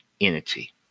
entity